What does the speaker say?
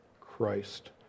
Christ